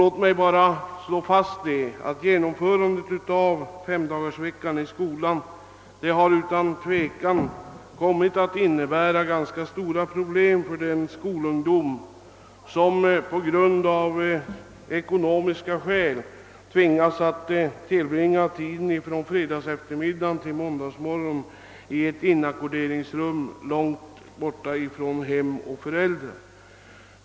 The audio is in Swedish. Låt mig bara slå fast att genomförandet av femdagarsveckan i skolan utan tvivel har kommit att innebära ganska stora problem för den skolungdom som av ekonomiska skäl tvingas tillbringa tiden från fredagseftermiddagen till måndagsmorgonen i ett inackorderingsrum långt borta från hem och föräldrar.